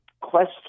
question